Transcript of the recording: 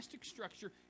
structure